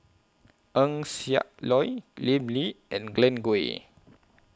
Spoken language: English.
Eng Siak Loy Lim Lee and Glen Goei